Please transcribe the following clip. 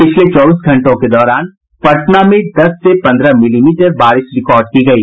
पिछले चौबीस घंटों के दौरान पटना में दस से पन्द्रह मिलीमीटर बारिश रिकॉर्ड की गयी